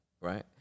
right